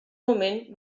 moment